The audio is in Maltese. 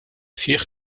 sħiħ